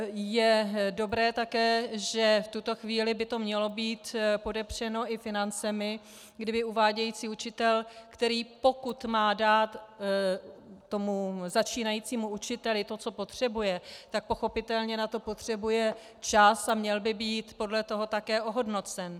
Je také dobré, že v tuto chvíli by to mělo být podepřeno i financemi, kdy by uvádějící učitel, který pokud má dát tomu začínajícímu učiteli to, co potřebuje, tak pochopitelně na to potřebuje čas a měl by být podle toho také ohodnocen.